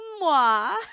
moi